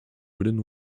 within